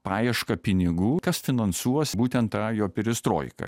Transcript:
paieška pinigų kas finansuos būtent tą jo perestroiką